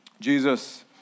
Jesus